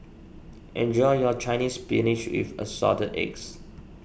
enjoy your Chinese Spinach with Assorted Eggs